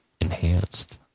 enhanced